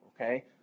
okay